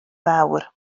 fawr